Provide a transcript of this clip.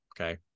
okay